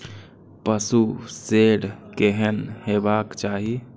पशु शेड केहन हेबाक चाही?